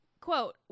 Quote